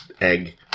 egg